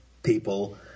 people